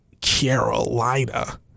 Carolina